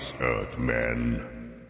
Earthmen